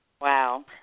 Wow